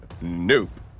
Nope